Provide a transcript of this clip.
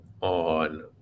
on